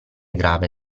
grave